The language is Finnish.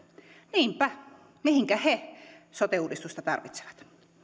niinpä mihinkä he sote uudistusta tarvitsevat